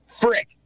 Frick